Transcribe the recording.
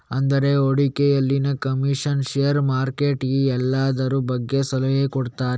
ಅಂದ್ರೆ ಹೂಡಿಕೆಯಲ್ಲಿನ commission, share, market ಈ ಎಲ್ಲದ್ರ ಬಗ್ಗೆ ಸಲಹೆ ಕೊಡ್ತಾರೆ